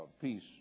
peace